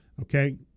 okay